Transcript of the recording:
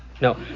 No